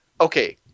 Okay